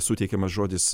suteikiamas žodis